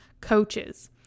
coaches